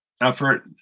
effort